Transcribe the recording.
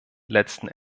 letzten